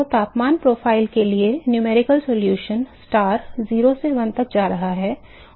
तो तापमान प्रोफाइल के लिए संख्यात्मक समाधान star 0 से 1 तक जा रहा है और यह eta है